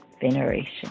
veneration